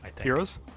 Heroes